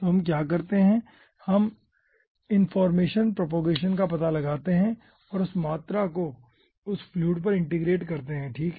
तो हम क्या करते हैं हम इनफार्मेशन प्रोपोगेशन का पता लगाते हैं और उस मात्रा को उस वॉल्यूम पर इंटीग्रेट करते हैं ठीक है